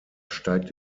steigt